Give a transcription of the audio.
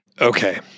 okay